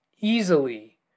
easily